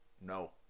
No